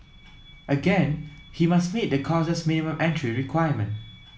again he must meet the course's minimum entry requirement